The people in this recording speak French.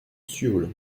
sioule